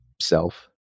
self